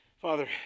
Father